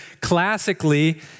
classically